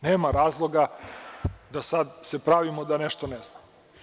Nema razloga da se sada pravimo da nešto ne znamo.